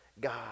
God